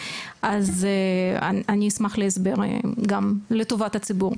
אז אני אשמח להסבר גם לטובת הציבור.